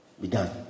began